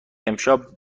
امشب